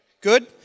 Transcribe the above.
Good